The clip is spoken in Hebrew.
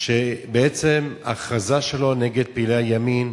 שבעצם ההכרזה שלו נגד פעילי הימין,